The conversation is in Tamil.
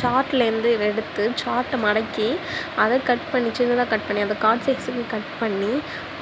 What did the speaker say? சார்ட்லேருந்து எடுத்து சார்ட்டை மடக்கி அதை கட் பண்ணி சின்னதாக கட் பண்ணி அதை கார்ட் சைஸுக்கு கட் பண்ணி